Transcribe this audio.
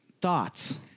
Thoughts